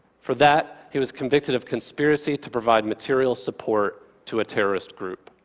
for that, he was convicted of conspiracy to provide material support to a terrorist group.